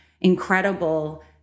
incredible